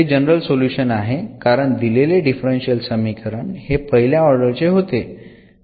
हे general solution आहे कारण दिलेले डिफरन्शियल समीकरण हे पहिल्या ऑर्डर चे होते